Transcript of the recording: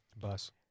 bus